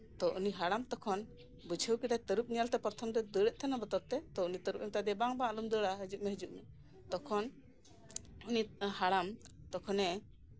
ᱛᱳ ᱩᱱᱤ ᱦᱟᱲᱟᱢ ᱛᱚᱠᱷᱚᱱ ᱵᱩᱡᱷᱟᱹᱣ ᱠᱮᱫᱟᱭ ᱛᱟᱹᱨᱩᱵᱽ ᱧᱮᱞᱛᱮ ᱯᱨᱚᱛᱷᱚᱢ ᱫᱚ ᱫᱟᱹᱲ ᱮᱫ ᱛᱟᱸᱦᱮᱱᱟ ᱛᱚᱛᱠᱮ ᱩᱱᱤ ᱛᱟᱹᱨᱩᱵᱽ ᱮ ᱢᱮᱛᱟᱫᱮᱭᱟ ᱵᱟᱝ ᱵᱟᱝ ᱟᱞᱚᱢ ᱫᱟᱹᱲᱟ ᱦᱤᱡᱩᱜ ᱢᱮ ᱦᱤᱡᱩᱜ ᱢᱮ ᱛᱚᱠᱷᱚᱱ ᱩᱱᱤ ᱦᱟᱲᱟᱢ ᱛᱚᱠᱷᱚᱱᱮ